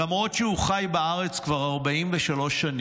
למרות שהוא חי בארץ כבר 43 שנים,